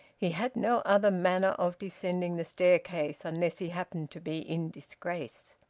he had no other manner of descending the staircase, unless he happened to be in disgrace.